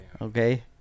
Okay